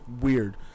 weird